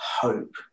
hope